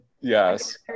Yes